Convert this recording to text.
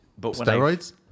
Steroids